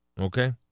okay